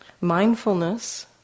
Mindfulness